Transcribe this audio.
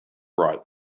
right